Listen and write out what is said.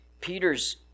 Peter's